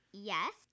yes